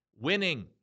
winning